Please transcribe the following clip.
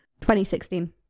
2016